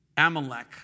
amalek